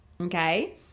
Okay